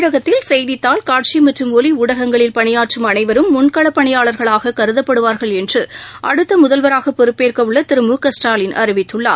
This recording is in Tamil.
தமிழகத்தில் செய்தித்தாள் காட்சிமற்றும் ஒலிஊடகங்களில் பணியாற்றும் அனைவரும் முன்களப்பணியாளர்களாககருதப்படுவார்கள் என்றுமுதல்வராகபொறுப்பேற்கவுள்ளதிரு அறிவித்துள்ளா்